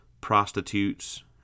prostitutes